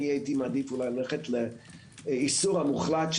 הייתי מעדיף ללכת לאיסור המוחלט,